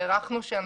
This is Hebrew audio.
אם